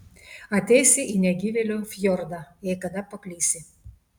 ateisi į negyvėlio fjordą jei kada paklysi